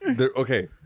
okay